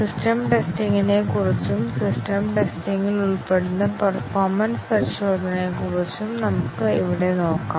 system ടെസ്റ്റിംഗിനെക്കുറിച്ചും system ടെസ്റ്റിംഗിൽ ഉൾപ്പെടുന്ന പേർഫോമെൻസ് പരിശോധനകളെക്കുറിച്ചും നമുക്ക് ഇവിടെ നോക്കാം